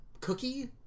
cookie